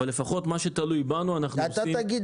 אבל לפחות מה שתלוי בנו --- אתה תגיד